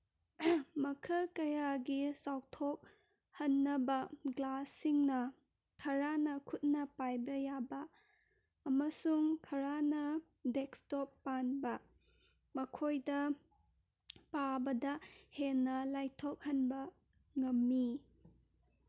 ꯃꯈꯜ ꯀꯌꯥꯒꯤ ꯆꯥꯎꯊꯣꯛꯍꯟꯅꯕ ꯒ꯭ꯂꯥꯁꯁꯤꯡꯅ ꯈꯔꯅ ꯈꯨꯠꯅ ꯄꯥꯏꯕ ꯌꯥꯕ ꯑꯃꯁꯨꯡ ꯈꯔꯅ ꯗꯦꯛꯁꯇꯣꯞ ꯄꯥꯟꯕ ꯃꯈꯣꯏꯗ ꯄꯥꯕꯗ ꯍꯦꯟꯅ ꯂꯥꯏꯊꯣꯛꯍꯟꯕ ꯉꯝꯃꯤ